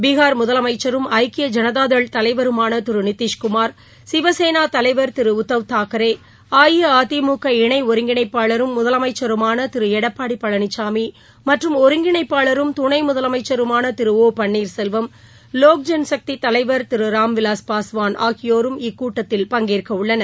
பிகார் முதலமைச்சரும் ஐக்கிய ஜனதாதள் தலைவருமான திரு நிதிஷ்குமார் சிவசேனா தலைவர் திரு உத்தவ்தாக்ரே அஇஅதிமுக இணை ஒருங்கிணைப்பாளரும் முதலமைச்சருமான திரு எடப்பாடி பழனிசாமி மற்றும் ஒருங்கிணைப்பாளரும் துணை முதலமைச்சருமான திரு ஓ பன்னீர்செல்வம் லோக்ஜன் சக்தி தலைவர் திரு ராம்விலாஸ் பாஸ்வன் ஆகியோரும் இக்கூட்டத்தில் பங்கேற்கவுள்ளனர்